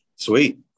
Sweet